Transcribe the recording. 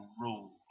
rule